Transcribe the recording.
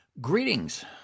Greetings